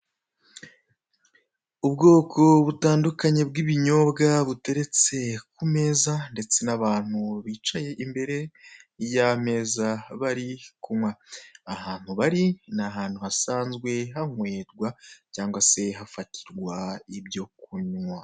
Ubwoko butandukanye bw'ibinyobwa buteretse ku meza ndetse, n'abantu bicaye imbere y'ameza, bari kunywa. Ahantu bari ni ahantu hasanzwe hahurirwa cyangwa hafatirwa ibyo kunywa.